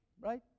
right